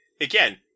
again